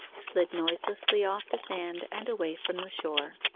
slid noiselessly off the sand, and away from the shore.